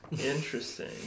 Interesting